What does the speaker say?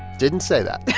didn't say that